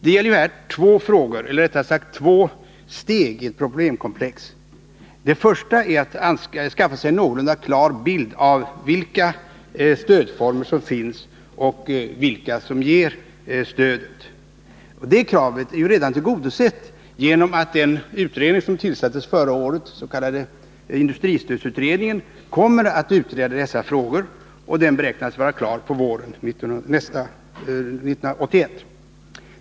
Det gäller ju här två frågor eller, rättare sagt, två steg i ett problemkomplex. Det första är att skaffa sig en någorlunda klar bild av vilka stödformer som finns och vilka det är som ger stödet. Men detta är ju redan tillgodosett genom att den utredning som tillsattes förra året, den s.k. industristödsutredningen, kommer att utreda dessa frågor. Utredningen beräknas vara klar våren 1981.